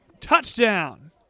touchdown